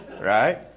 Right